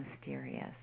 mysterious